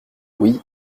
oui